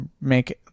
make